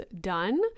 done